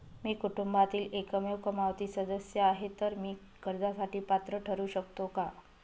मी कुटुंबातील एकमेव कमावती सदस्य आहे, तर मी कर्जासाठी पात्र ठरु शकतो का?